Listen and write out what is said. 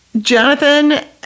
Jonathan